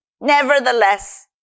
Nevertheless